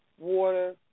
water